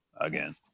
again